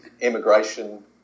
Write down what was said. Immigration